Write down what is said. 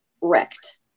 wrecked